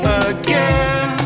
again